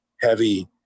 heavy